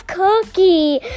cookie